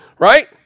Right